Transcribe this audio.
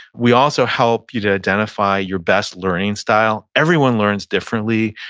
we also help you to identify your best learning style. everyone learns differently.